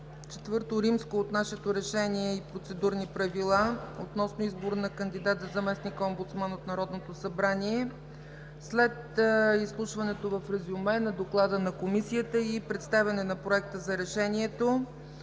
Съгласно т. IV от нашето решение и Процедурни правила относно избор на кандидат за заместник-омбудсман от Народното събрание, след изслушването в резюме на Доклада на Комисията и представяне на Проекта за решението,